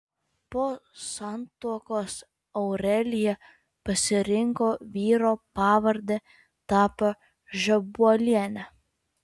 po santuokos aurelija pasirinko vyro pavardę ir tapo žebuoliene